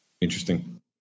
Interesting